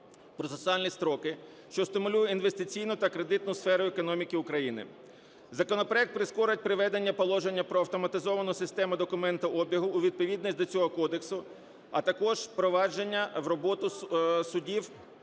процесуальні строки, що стимулює інвестиційну та кредитну сферу економіки України. Законопроект прискорить приведення положення про автоматизовану систему документообігу у відповідність до цього кодексу, а також провадження в роботу судів